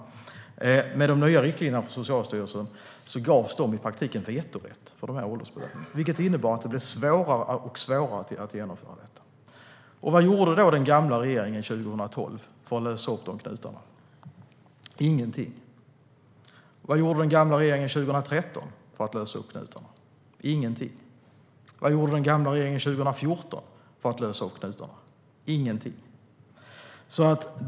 Med de nya riktlinjerna från Socialstyrelsen gavs läkarna i princip vetorätt mot åldersbedömningarna, vilket innebar att det blev svårare och svårare att genomföra dem. Vad gjorde den gamla regeringen 2012 för att lösa de knutarna? Ingenting. Vad gjorde den gamla regeringen 2013 för att lösa knutarna? Ingenting. Vad gjorde den gamla regeringen 2014 för att lösa knutarna? Ingenting.